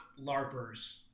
LARPers